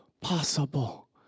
possible